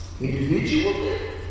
individually